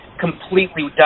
completely